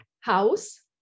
house